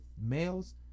males